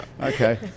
Okay